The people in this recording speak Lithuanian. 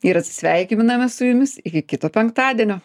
ir atsisveikiname su jumis iki kito penktadienio